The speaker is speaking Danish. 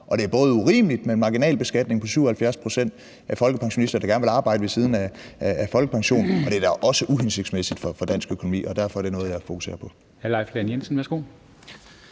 det er både urimeligt med en marginalbeskatning på 77 pct. af folkepensionister, der gerne vil arbejde ved siden af folkepensionen, og det er da også uhensigtsmæssigt for dansk økonomi, og derfor er det noget, jeg fokuserer på.